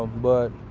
but,